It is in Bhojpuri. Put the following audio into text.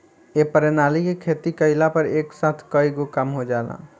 ए प्रणाली से खेती कइला पर एक साथ कईगो काम हो जाला